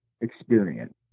experience